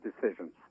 decisions